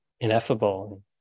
ineffable